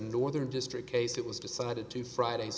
northern district case it was decided to fridays